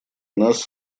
нас